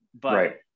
but-